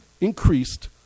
increased